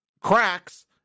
cracks